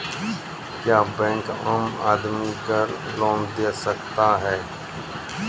क्या बैंक आम आदमी को लोन दे सकता हैं?